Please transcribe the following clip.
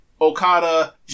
Okada